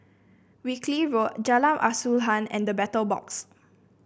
Wilkie Road Jalan Asuhan and The Battle Box